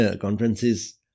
conferences